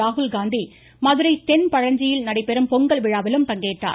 ராகுல்காந்தி மதுரை தென்பழஞ்சியில் நடைபெறும் பொங்கல் விழாவிலும் பங்கேற்றார்